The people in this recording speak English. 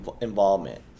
involvement